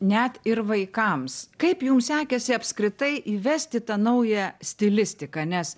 net ir vaikams kaip jum sekėsi apskritai įvesti tą naują stilistiką nes